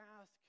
ask